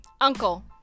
uncle